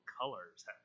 colors